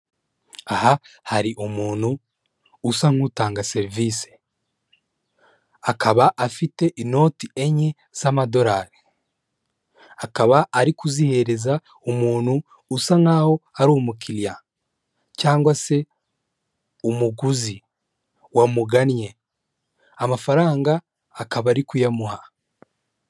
Aha hari umuntu usa nk'utanga serivisi, akaba afite inoti enye z'amadorari, akaba ari kuzihereza umuntu usa nk'aho ari umukiliya cyangwa se umuguzi wamugannye, amafaranga akaba ari kuyamuha.